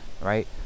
right